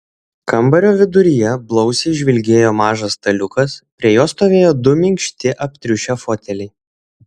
kambario viduryje blausiai žvilgėjo mažas staliukas prie jo stovėjo du minkšti aptriušę foteliai